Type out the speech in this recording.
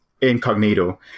incognito